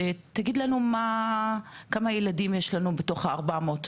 שתגיד לנו כמה ילדים יש לנו בתוך ה-400.